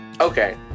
Okay